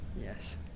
Yes